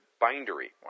bindery